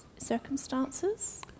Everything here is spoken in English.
circumstances